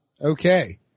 okay